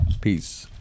Peace